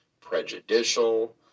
prejudicial